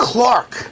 Clark